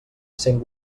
cent